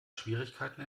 schwierigkeiten